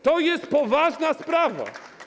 To jest poważna sprawa.